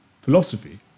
philosophy